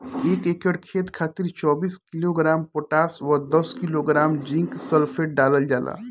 एक एकड़ खेत खातिर चौबीस किलोग्राम पोटाश व दस किलोग्राम जिंक सल्फेट डालल जाला?